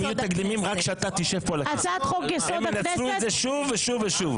הם יהיו תקדימים רק כשאתה תשב פה --- הם ינצלו את זה שוב ושוב ושוב.